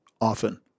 often